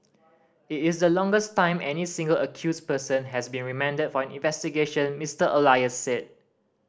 it is the longest time any single accused person has been remanded for an investigation Mister Elias said